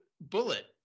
Bullet